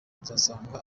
uzasanga